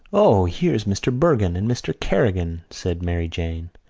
o, here's mr. bergin and mr. kerrigan, said mary jane.